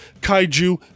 kaiju